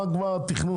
מה התכנון?